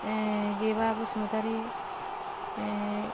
Geba Basumatary